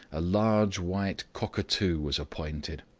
a large white cockatoo was appointed.